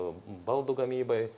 baldų gamybai